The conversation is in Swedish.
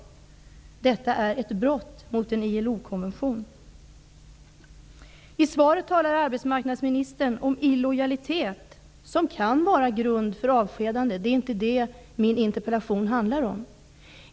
Detta är ett brott mot ILO-konventionen. I svaret talar arbetsmarknadsministern om att illojalitet kan vara grund för avskedande. Det är inte detta som min interpellation handlar om.